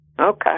Okay